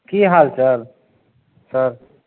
की हाल चाल सर